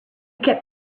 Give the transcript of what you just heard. kept